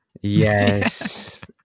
yes